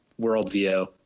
worldview